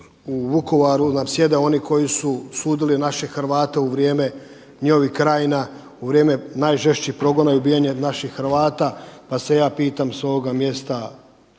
u Vukovaru nam sjede oni koji su sudili naše Hrvate u vrijeme njihovih krajina u vrijeme najžešćih progona i ubijanja naših Hrvata. Pa se ja pitam s ovoga mjesta